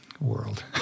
world